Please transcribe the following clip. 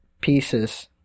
pieces